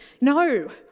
No